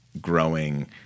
growing